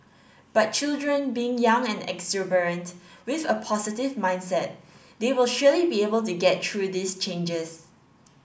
but children being young and exuberant with a positive mindset they will surely be able to get through these changes